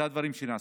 אלה הדברים שנעשו.